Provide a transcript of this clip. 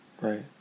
right